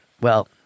Well-